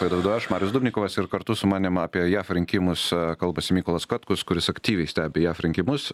laidą vedu aš marius dubnikovas ir kartu su manim apie jav rinkimus kalbasi mykolas katkus kuris aktyviai stebi jav rinkimus